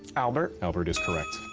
albert. albert is correct.